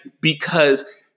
because-